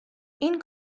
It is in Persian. این